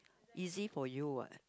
easy for you what